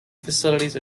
facilities